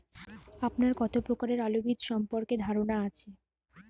আপনার কত প্রকারের আলু বীজ সম্পর্কে ধারনা আছে?